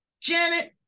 Janet